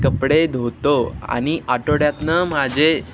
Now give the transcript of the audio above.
कपडे धुतो आणि आठवड्यातनं माझे